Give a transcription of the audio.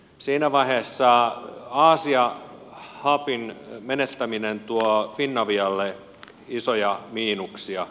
siinä vaiheessa aasia hubin menettäminen tuo finavialle isoja miinuksia